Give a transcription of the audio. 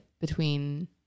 between-